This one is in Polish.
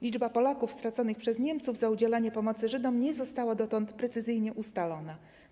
Liczba Polaków straconych przez Niemców za udzielanie pomocy Żydom nie została dotąd precyzyjnie ustalona.